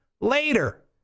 later